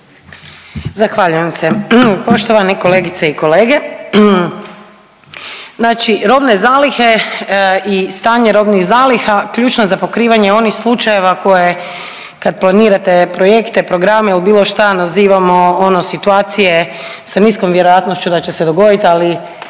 Zahvaljujem se. Poštovane kolegice i kolege, znači robne zalihe i stanje robnih zaliha ključna za pokrivanje onih slučajeva koje kad planirate projekte, programe ili bilo šta nazivamo ono situacije sa niskom vjerojatnošću da će se dogoditi, ali